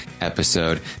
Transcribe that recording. episode